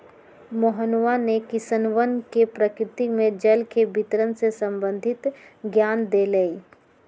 मोहनवा ने किसनवन के प्रकृति में जल के वितरण से संबंधित ज्ञान देलय